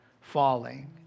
falling